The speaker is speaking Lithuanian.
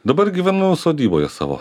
dabar gyvenu sodyboje savo